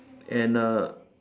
and a